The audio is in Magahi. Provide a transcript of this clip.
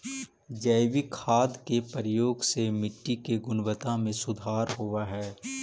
जैविक खाद के प्रयोग से मट्टी के गुणवत्ता में सुधार होवऽ हई